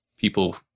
people